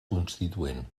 constituent